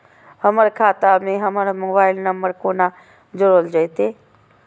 हमर खाता मे हमर मोबाइल नम्बर कोना जोरल जेतै?